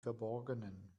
verborgenen